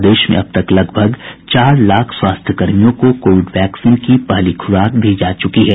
प्रदेश में अब तक लगभग चार लाख स्वास्थ्यकर्मियों को कोविड वैक्सीन की पहली खुराक दी जा चुकी है